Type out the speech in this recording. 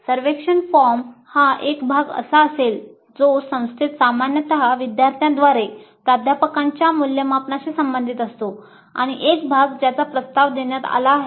सर्वेक्षण फॉर्म हा एक भाग असा असेल जो संस्थेत सामान्यतः विद्यार्थ्यांद्वारे प्राध्यापकांच्या मूल्यमापनाशी संबंधित असतो आणि एक भाग ज्याचा प्रस्ताव देण्यात आला आहे